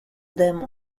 them